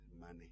money